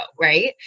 right